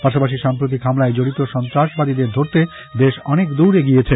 পাশাপাশি সাম্প্রতিক হামলায় জড়িত সন্ত্রাসবাদীদের ধরতে দেশ অনেক দূর এগিয়েছে